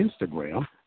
Instagram